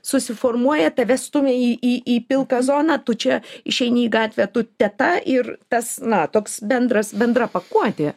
susiformuoja tave stumia į į pilką zoną tu čia išeini į gatvę tu teta ir tas na toks bendras bendra pakuotė